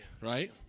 Right